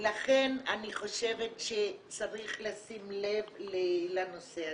לכן אני חושבת שצריך לשים לב לנושא הזה.